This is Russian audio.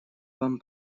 вам